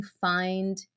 find